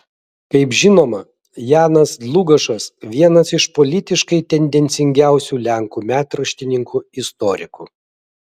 kaip žinoma janas dlugošas vienas iš politiškai tendencingiausių lenkų metraštininkų istorikų